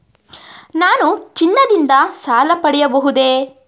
ನಾನು ಚಿನ್ನದಿಂದ ಸಾಲ ಪಡೆಯಬಹುದೇ?